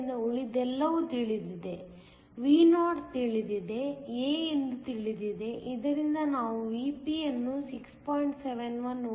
ಆದ್ದರಿಂದ ಉಳಿದೆಲ್ಲವೂ ತಿಳಿದಿದೆ Vo ತಿಳಿದಿದೆ a ಎಂದು ತಿಳಿದಿದೆ ಇದರಿಂದ ನಾವು Vp ಅನ್ನು 6